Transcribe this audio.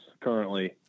currently